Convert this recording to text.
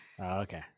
okay